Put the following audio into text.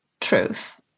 truth